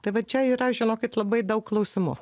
tai va čia yra žinokit labai daug klausimų